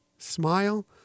Smile